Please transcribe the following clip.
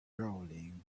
bowling